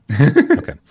Okay